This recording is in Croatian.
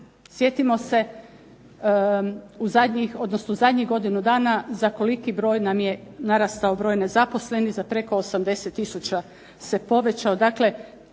odnosno zadnjih godinu dana za koliki broj nam je narastao broj nezaposlenih za preko 80 tisuća se povećao.